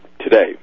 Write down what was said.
today